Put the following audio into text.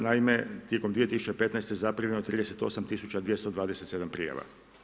Naime, tijekom 2015. zaprimljeno je 38 227 prijava.